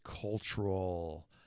cultural